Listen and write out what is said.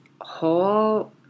whole